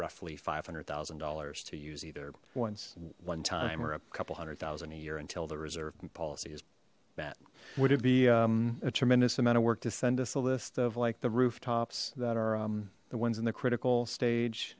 roughly five hundred thousand dollars to use either once one time or a couple hundred thousand a year until the reserve policy is that would it be a tremendous amount of work to send us a list of like the rooftops that are the ones in the critical stage